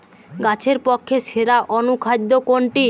গাছের পক্ষে সেরা অনুখাদ্য কোনটি?